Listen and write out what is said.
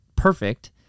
perfect